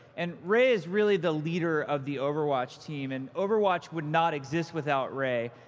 and ray is really the leader of the overwatch team, and overwatch would not exist without ray.